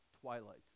twilight